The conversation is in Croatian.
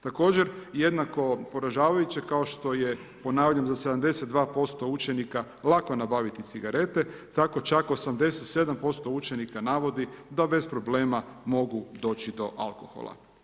Također, jednako poražavajuće kao što je, ponavljam za 72% učenika lako nabaviti cigarete, tako čak 87% učenika navodi da bez problema mogu doći do alkohola.